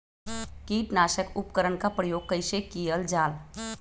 किटनाशक उपकरन का प्रयोग कइसे कियल जाल?